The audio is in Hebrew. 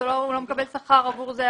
הוא לא מקבל שכר עבור זה,